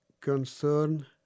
concern